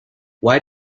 why